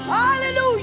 hallelujah